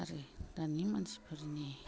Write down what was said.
आरो दानि मानसिफोरनि